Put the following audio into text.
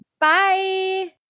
Bye